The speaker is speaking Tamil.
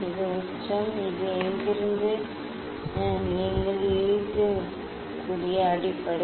இது உச்சம் இது இங்கிருந்து நீங்கள் யூகிக்கக்கூடிய அடிப்படை